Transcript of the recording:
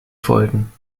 folgen